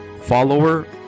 follower